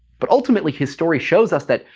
but ultimately his story shows us that,